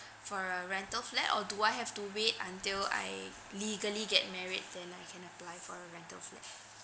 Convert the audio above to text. for a rental flat or do I have to wait until I legally get married then I can apply for a rental flat